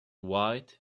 white